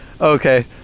Okay